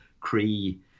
Cree